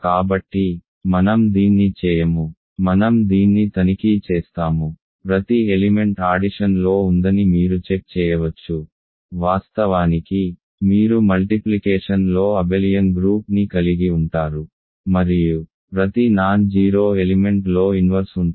కాబట్టి మనం దీన్ని చేయము మనం దీన్ని తనిఖీ చేస్తాము ప్రతి ఎలిమెంట్ ఆడిషన్ లో ఉందని మీరు చెక్ చేయవచ్చు వాస్తవానికి మీరు మల్టిప్లికేషన్ లో అబెలియన్ గ్రూప్ ని కలిగి ఉంటారు మరియు ప్రతి నాన్ జీరో ఎలిమెంట్ లో ఇన్వర్స్ ఉంటుంది